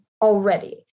already